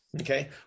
Okay